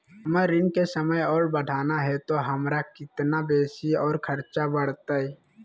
हमर ऋण के समय और बढ़ाना है तो हमरा कितना बेसी और खर्चा बड़तैय?